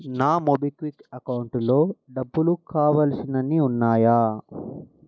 నా మొబిక్విక్ అకౌంటులో డబ్బులు కావలసినన్ని ఉన్నాయా